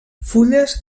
fulles